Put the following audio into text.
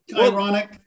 ironic